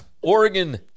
Oregon